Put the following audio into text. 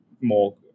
more